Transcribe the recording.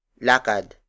Lakad